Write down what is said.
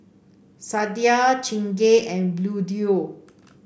Sadia Chingay and Bluedio